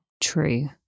True